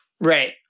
Right